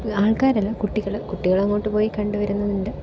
ആൾക്കാർ അല്ല കുട്ടികൾ കുട്ടികൾ അങ്ങോട്ട് പോയി കണ്ടു വരുന്നുണ്ട്